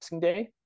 day